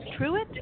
Truitt